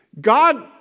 God